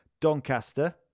Doncaster